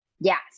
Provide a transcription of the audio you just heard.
Yes